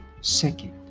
Second